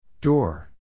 Door